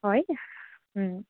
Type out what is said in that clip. হয়